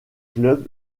clubs